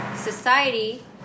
society